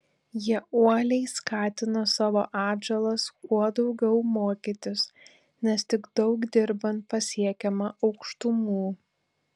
jie uoliai skatina savo atžalas kuo daugiau mokytis nes tik daug dirbant pasiekiama aukštumų